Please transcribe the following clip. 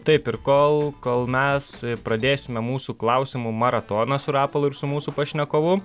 taip ir kol kol mes pradėsime mūsų klausimų maratoną su rapolu ir su mūsų pašnekovu